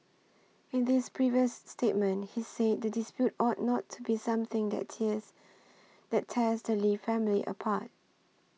in this previous statement he said the dispute ought not to be something that tears that test Lee family apart